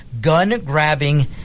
gun-grabbing